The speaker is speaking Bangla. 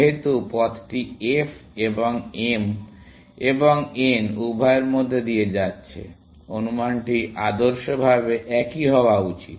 যেহেতু পথটি f এবং m এবং n উভয়ের মধ্য দিয়ে যাচ্ছে অনুমানটি আদর্শভাবে একই হওয়া উচিত